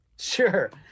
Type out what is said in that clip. Sure